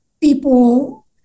people